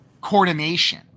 coordination